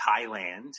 Thailand